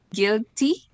guilty